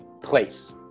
place